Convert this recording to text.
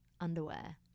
underwear